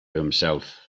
himself